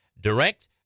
direct